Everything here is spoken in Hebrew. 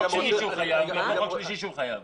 יש חוק שני שהוא חייב ויש חוק שלישי שהוא חייב.